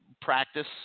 practice